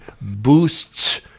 boosts